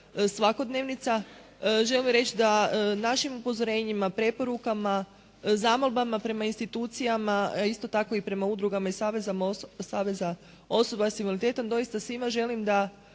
svakodnevnica. Želim reći da našim upozorenjima, preporukama, zamolbama prema institucijama i isto tako prema udrugama i savezima osoba s invaliditetom doista svima želim da